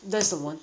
that's the [one]